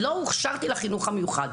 לא הוכשרתי לחינוך המיוחד.